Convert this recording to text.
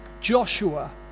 Joshua